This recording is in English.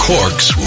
Cork's